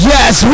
Yes